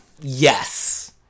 Yes